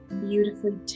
beautifully